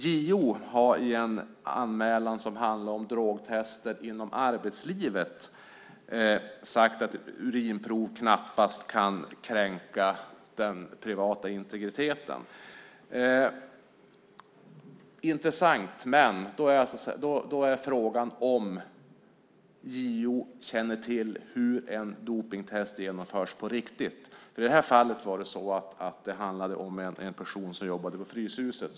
JO har i en anmälan som handlar om drogtester inom arbetslivet sagt att urinprov knappast kan kränka den privata integriteten. Det är intressant. Men frågan är om JO känner till hur ett dopningstest genomförs på riktigt. I det här fallet handlade det om en person som jobbade på Fryshuset.